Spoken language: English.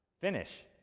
finish